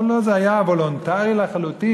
פה לא, זה היה וולונטרי לחלוטין.